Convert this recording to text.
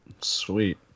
Sweet